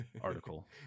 article